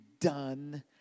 done